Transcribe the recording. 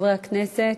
חברי הכנסת.